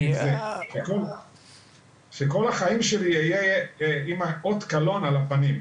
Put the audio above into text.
כל החיים שלי אהיה עם אות קלון על הפנים.